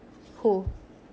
who